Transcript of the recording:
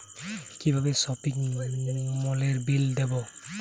কিভাবে সপিং মলের বিল দেবো?